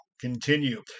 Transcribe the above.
continue